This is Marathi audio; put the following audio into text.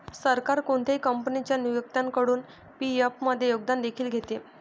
सरकार कोणत्याही कंपनीच्या नियोक्त्याकडून पी.एफ मध्ये योगदान देखील घेते